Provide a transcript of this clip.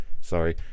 sorry